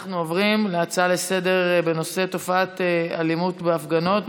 אנחנו עוברים להצעה לסדר-היום בנושא: תופעות של אלימות בהפגנות,